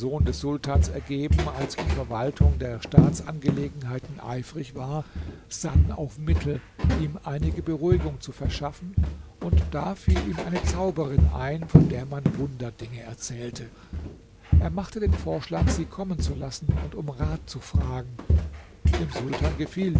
des sultans ergeben als in verwaltung der staatsangelegenheiten eifrig war sann auf mittel ihm einige beruhigung zu verschaffen und da fiel ihm eine zauberin ein von der man wunderdinge erzählte er machte den vorschlag sie kommen zu lassen und um rat zu fragen dem sultan gefiel